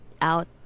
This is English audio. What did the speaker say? out